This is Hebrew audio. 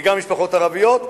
וגם משפחות ערביות,